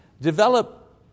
develop